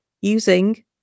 using